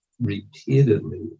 repeatedly